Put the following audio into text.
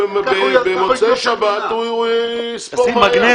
במוצאי שבת הוא יזכור מה היה.